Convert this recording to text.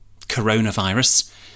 coronavirus